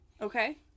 Okay